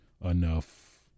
enough